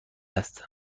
است